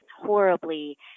horribly